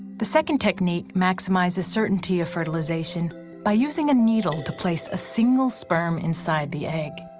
the second technique maximizes certainty of fertilization by using a needle to place a single sperm inside the egg.